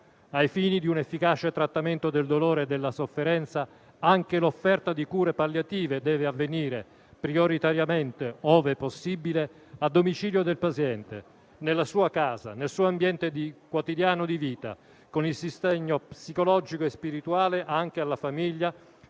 Ai fini di un efficace trattamento del dolore e della sofferenza, anche l'offerta di cure palliative deve avvenire prioritariamente, ove possibile, a domicilio del paziente, nella sua casa, nel suo ambiente quotidiano di vita, con il sostegno psicologico e spirituale anche alla famiglia,